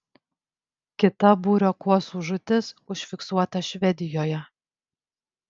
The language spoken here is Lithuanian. kita būrio kuosų žūtis užfiksuota švedijoje